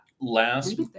Last